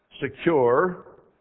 secure